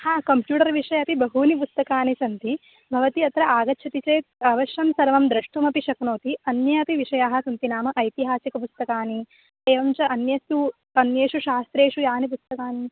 हा कम्प्यूटर् विषये अपि बहूनि पुस्तकानि सन्ति भवती अत्र आगच्छति चेत् अवश्यं सर्वं द्रष्टुमपि शक्नोति अन्य अपि विषयाः सन्ति नाम ऐतिहासिक पुस्तकानि एवं च अन्यत् तु अन्येषु शास्त्रेषु यानि पुस्तकानि